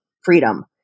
freedom